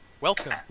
welcome